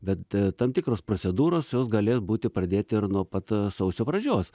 bet tam tikros procedūros jos galės būti pradėti ir nuo pat sausio pradžios